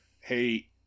hey